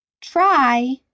try